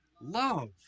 Love